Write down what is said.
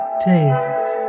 Tales